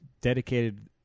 dedicated